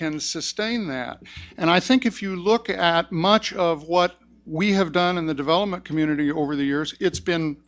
can sustain that and i think if you look at much of what we have done in the development community over the years it's been